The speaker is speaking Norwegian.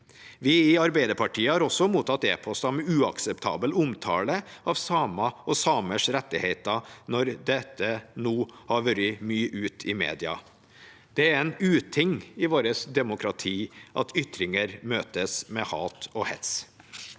Vi i Arbeiderpartiet har også mottatt e-poster med uakseptabel omtale av samer og samers rettigheter, når dette nå har vært mye ute i media. Det er en uting i vårt demokrati at ytringer møtes med hat og hets.